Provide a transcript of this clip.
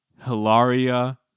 Hilaria